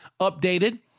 updated